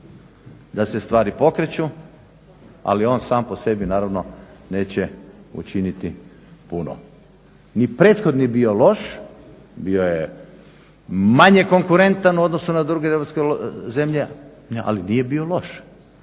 da se stvari pokreću, ali on sam po sebi naravno neće učiniti puno. Ni prethodni nije bio loš, bio je manje konkurentan u odnosu na druge europske zemlje ali nije bio loš.